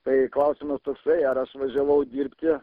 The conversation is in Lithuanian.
tai klausimas toksai ar aš važiavau dirbti